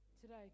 today